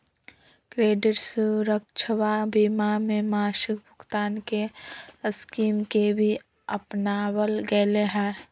credit सुरक्षवा बीमा में मासिक भुगतान के स्कीम के भी अपनावल गैले है